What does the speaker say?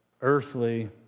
earthly